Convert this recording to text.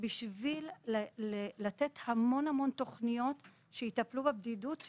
בשביל להוציא לפועל תוכניות שילחמו בבדידות,